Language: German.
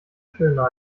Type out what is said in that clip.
schöner